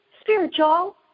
spiritual